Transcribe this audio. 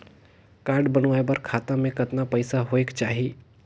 Card बनवाय बर खाता मे कतना पईसा होएक चाही?